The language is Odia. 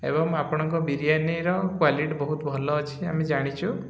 ଏବଂ ଆପଣଙ୍କ ବିରିୟାନୀର କ୍ଵାଲିଟି ବହୁତ ଭଲ ଅଛି ଆମେ ଜାଣିଛୁ